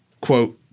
quote